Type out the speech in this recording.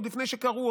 עוד לפני שקראו,